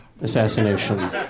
assassination